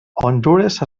hondures